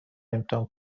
امتحان